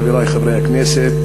חברי חברי הכנסת,